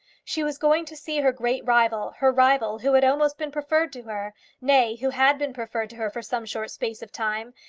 she was going to see her great rival her rival, who had almost been preferred to her nay, who had been preferred to her for some short space of time,